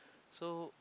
so